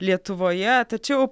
lietuvoje tačiau